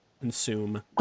consume